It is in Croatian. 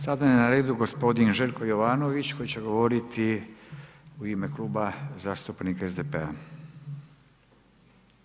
Sada je na redu gospodin Željko Jovanović koji će govoriti u ime Kluba zastupnika SDP-a.